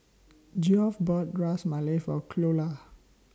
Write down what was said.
Geoff bought Ras Malai For Cleola